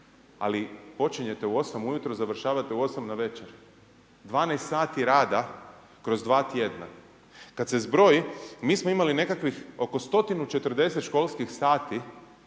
ali počinjete u 8 ujutro i završavate u 8 navečer, 12 sati rada kroz 2 tjedna. Kada se zbroji, mi smo imali nekakvih oko 140 školskih sati